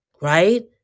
right